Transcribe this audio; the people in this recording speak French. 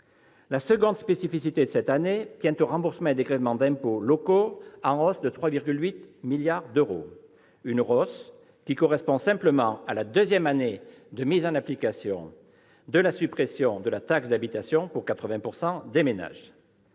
La seconde spécificité de cette année tient aux remboursements et dégrèvements d'impôts locaux, en hausse de 3,8 milliards d'euros. Cela correspond simplement à la deuxième année de mise en application de la suppression de la taxe d'habitation pour 80 % des ménages.